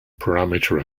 parameter